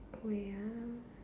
wait ah